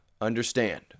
understand